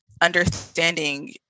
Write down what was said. understanding